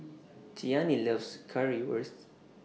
Cheyanne loves Currywurst